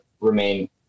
remain